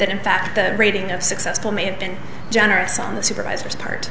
that in fact the rating of successful may have been generous on the supervisor's part